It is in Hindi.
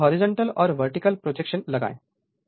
अब सभी हॉरिजॉन्टल और वर्टिकल प्रोजेक्शन लगाएं